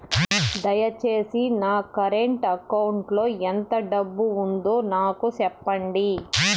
దయచేసి నా current account లో ఎంత డబ్బు ఉందో నాకు సెప్పండి